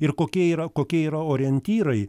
ir kokia yra kokie yra orientyrai